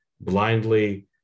blindly